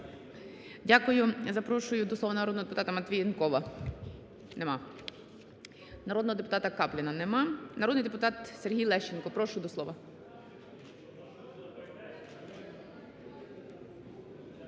Дякую. Запрошую до слова народного депутата Матвієнкова. Немає. Народного депутата Капліна. Немає. Народний депутат Сергій Лещенко, прошу до слова.